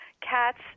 cats